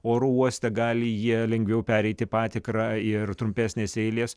oro uoste gali jie lengviau pereiti patikrą ir trumpesnės eilės